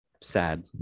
sad